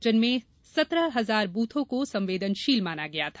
जिनमें सत्रह हजार बुथों को संवेदनशील माना गया था